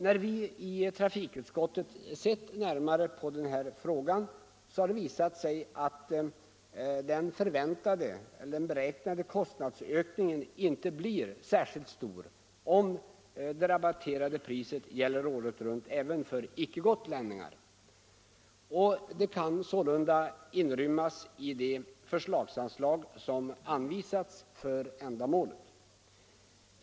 När vi i trafikutskottet såg närmare på frågan, visade det sig att den förväntade kostnadsökningen inte blev särskilt stor, om det rabatterade priset gällde året runt även för icke-gotlänningar. Kostnaden kan sålunda inrymmas i det förslagsanslag som har anvisats för ändamålet.